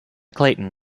clayton